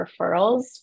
referrals